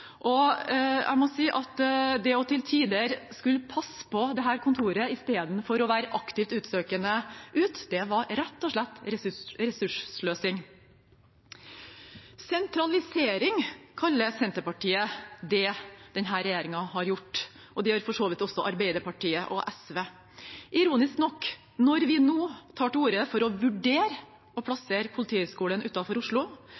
og jeg må si at det til tider å skulle passe på dette kontoret istedenfor å være aktivt oppsøkende ute, var rett og slett ressurssløsing. Sentralisering kaller Senterpartiet det denne regjeringen har gjort, og det gjør for så vidt også Arbeiderpartiet og SV. Ironisk nok: Når vi nå tar til orde for å vurdere å plassere Politihøgskolen utenfor Oslo,